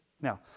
Now